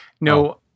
No